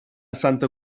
santa